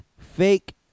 fake